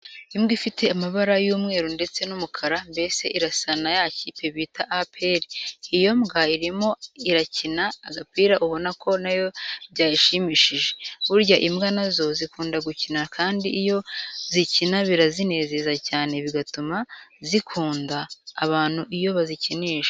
Imbwa ifite amabara y'umweru ndetse n'umukara mbese irasa na ya kipe bita APR, iyo mbwa irimo irakina agapira ubona ko nayo byayishimishije. Burya imbwa na zo zikunda gukina kandi iyo zikina birazinezeza cyane bigatuma zikunda abantu iyo bazikinisha.